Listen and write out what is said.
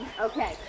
Okay